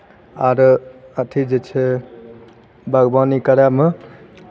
आर अथि जे छै बागवानी करयमे